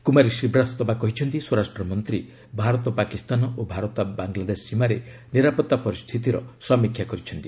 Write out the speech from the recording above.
କୁମାରୀ ଶ୍ରୀବାସ୍ତବା କହିଛନ୍ତି ସ୍ୱରାଷ୍ଟ୍ର ମନ୍ତ୍ରୀ ଭାରତ ପାକିସ୍ତାନ ଓ ଭାରତ ବାଙ୍ଗଲାଦେଶ ସୀମାରେ ନିରାପତ୍ତା ପରିସ୍ଥିତିର ସମୀକ୍ଷା କରିଛନ୍ତି